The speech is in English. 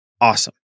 Awesome